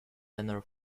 tenor